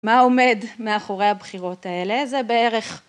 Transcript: מה עומד מאחורי הבחירות האלה? זה בערך...